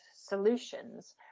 solutions